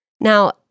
Now